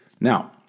Now